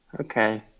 Okay